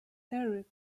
eric